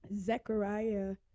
Zechariah